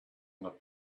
not